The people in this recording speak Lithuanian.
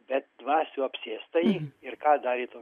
bet dvasių apsėstąjį ir ką darė tokiu